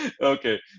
Okay